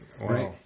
Right